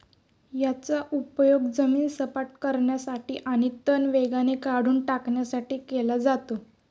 याचा उपयोग जमीन सपाट करण्यासाठी आणि तण वेगाने काढून टाकण्यासाठी केला जातो